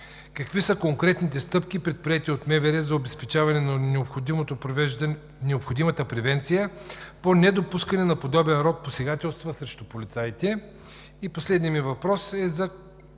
Какви са конкретните стъпки, предприети от МВР, за обезпечаване на необходимата превенция по недопускане на подобен род посегателства срещу полицаите?